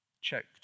Choked